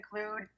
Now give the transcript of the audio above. include